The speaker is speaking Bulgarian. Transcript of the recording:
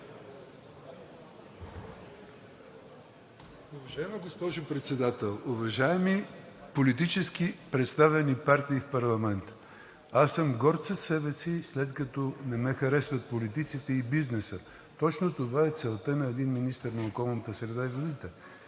Уважаема госпожо Председател, уважаеми политически представени партии в парламента! Аз съм горд със себе си, след като не ме харесват политиците и бизнесът – точно това е целта на един министър на околната среда и водите.